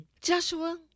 Joshua